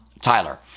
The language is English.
Tyler